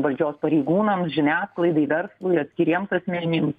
valdžios pareigūnams žiniasklaidai verslui atskiriems asmenims